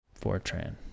Fortran